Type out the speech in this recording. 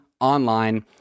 online